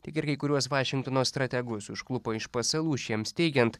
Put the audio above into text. tiek ir kai kuriuos vašingtono strategus užklupo iš pasalų šiems teigiant